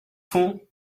for